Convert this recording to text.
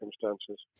circumstances